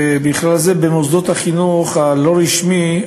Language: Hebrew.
ובכלל זה במוסדות החינוך הלא-רשמי,